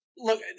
Look